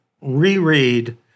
reread